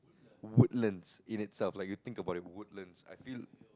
Woodlands in itself like you think about it Woodlands I feel